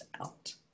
out